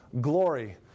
glory